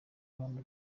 ruhande